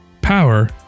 Power